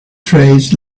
trays